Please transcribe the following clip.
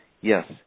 yes